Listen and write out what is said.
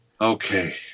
Okay